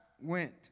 went